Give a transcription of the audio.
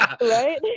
right